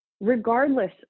regardless